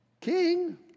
King